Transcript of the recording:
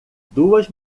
duas